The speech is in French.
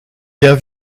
bien